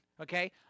okay